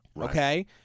okay